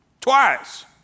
Twice